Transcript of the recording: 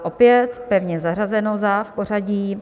Opět pevně zařazeno za pořadí.